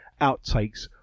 outtakes